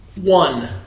One